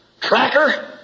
Tracker